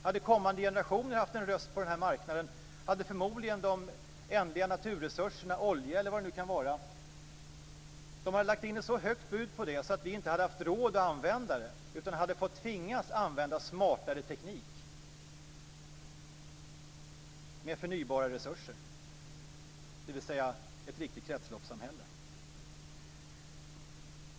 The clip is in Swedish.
Hade kommande generationer haft en röst på marknaden så hade de förmodligen lagt in ett så högt bud på de ändliga naturresurserna - olja eller vad det nu kan vara - att vi inte hade haft råd att använda dem, utan hade tvingats använda smartare teknik med förnybara resurser, dvs. ett riktigt kretsloppssamhälle.